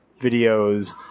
videos